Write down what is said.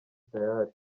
tayari